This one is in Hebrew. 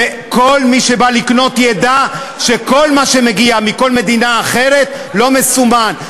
שכל מי שבא לקנות ידע שכל מה שמגיע מכל מדינה אחרת לא מסומן.